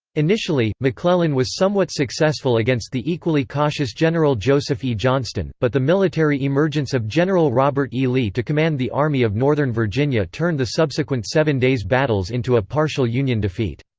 initially, mcclellan was somewhat successful against the equally cautious general joseph e. johnston, but the military emergence of general robert e. lee to command the army of northern virginia turned the subsequent seven days battles into a partial union defeat.